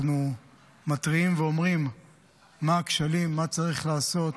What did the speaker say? אנחנו מתריעים ואומרים מה הכשלים, מה צריך לעשות.